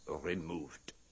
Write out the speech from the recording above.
removed